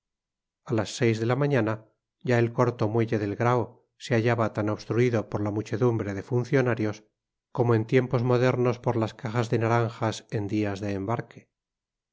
a las seis de la mañana ya el corto muelle del grao se hallaba tan obstruido por la muchedumbre de funcionarios como en tiempos modernos por las cajas de naranjas en días de embarque